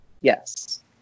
yes